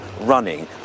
running